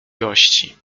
gości